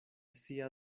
sia